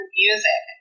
music